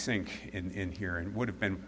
sink in here and would have been